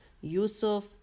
Yusuf